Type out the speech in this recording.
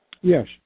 Yes